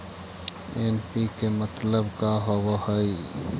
NPK मतलब का होव हइ?